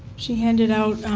she handed out